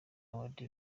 awards